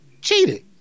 Cheated